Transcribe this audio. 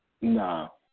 No